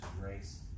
grace